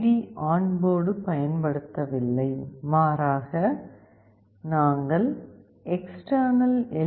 D on board பயன்படுத்தவில்லை மாறாக நாங்கள் எக்ஸ்ட்டர்ணல் எல்